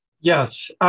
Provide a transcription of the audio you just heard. Yes